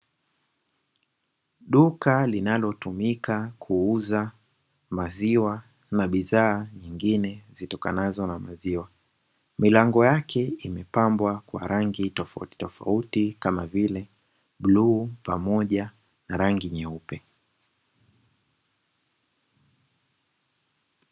Duka linalotumika kuuza maziwa na bidhaa zingine zitokanazo na maziwa, milango yake imepambwa kwa rangi tofautitofauti kama vile bluu na rangi nyeupe.